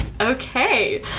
Okay